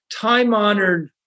time-honored